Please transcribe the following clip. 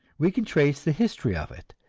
we can trace the history of it,